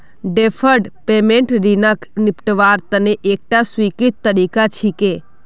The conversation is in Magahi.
डैफर्ड पेमेंट ऋणक निपटव्वार तने एकता स्वीकृत तरीका छिके